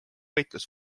võitlus